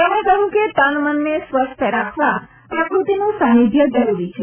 તેમણે કહ્યું કે તનમનને સ્વસ્થ રાખવા પ્રકૃતિનું સાનિધ્ય જરૂરી છે